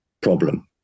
problem